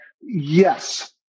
yes